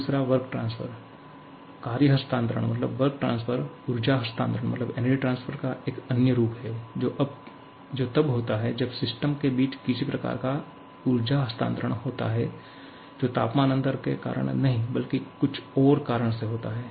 2 work transfer कार्य हस्तांतरण ऊर्जा हस्तांतरण का एक अन्य रूप है जो तब होता है जब सिस्टम के बीच किसी प्रकार का ऊर्जा हस्तांतरण होता है जो तापमान अंतर के कारण नहीं बल्कि कुछ और कारण से होता है